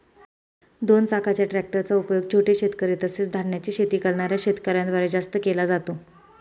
दोन चाकाच्या ट्रॅक्टर चा उपयोग छोटे शेतकरी, तसेच धान्याची शेती करणाऱ्या शेतकऱ्यांन द्वारे जास्त केला जातो